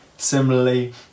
similarly